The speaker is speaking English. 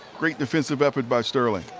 great defensive effort by sterling.